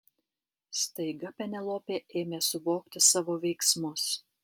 staiga penelopė ėmė suvokti savo veiksmus